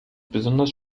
besonders